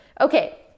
Okay